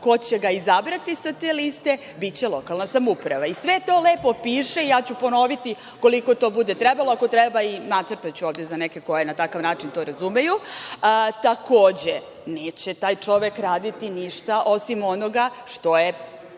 ko će ga izabrati sa te liste biće lokalna samouprava. Sve to lepo piše i ja ću ponoviti koliko to bude trebalo, a ako treba i nacrtaću ovde za neke koji na takav način to razumeju. Takođe, neće taj čovek raditi ništa osim onoga što je